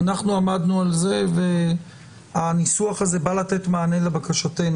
עמדנו על זה והניסוח הזה בא לתת מענה לבקשתנו,